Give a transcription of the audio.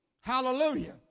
Hallelujah